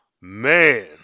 Man